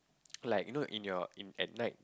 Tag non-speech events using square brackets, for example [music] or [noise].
[noise] like you know in your in at night